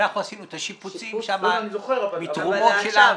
אנחנו עשינו את השיפוצים שם מתרומות שלנו.